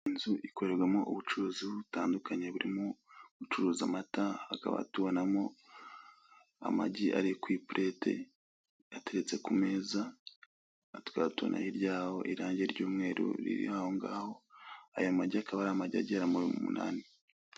Inzu ikorerwamo ubucuruzi butandukanye burimo gucuruza amata tukaba tubonamo amagi ari ku ipurete ateretse ku meza, tukaba tubona hirya yaho irange ry'umweru ririho aho ngaho aya magi akaba ari amagi agera mu munani.